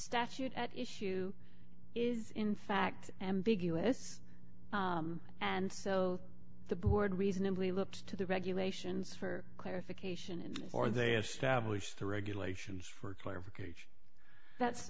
statute at issue is in fact ambiguous and so the board reasonably looked to the regulations for clarification or they established the regulations for